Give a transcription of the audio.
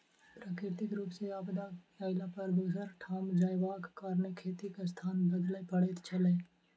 प्राकृतिक रूप सॅ आपदा अयला पर दोसर ठाम जायबाक कारणेँ खेतीक स्थान बदलय पड़ैत छलै